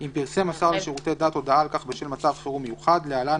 אם פרסם השר לשירותי דת הודעה על כך בשל מצב חירום מיוחד (להלן,